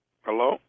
Hello